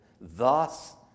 thus